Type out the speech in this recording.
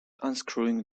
unscrewing